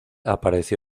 apareció